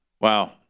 Wow